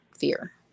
fear